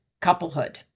couplehood